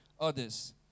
others